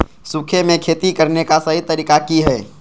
सूखे में खेती करने का सही तरीका की हैय?